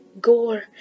gore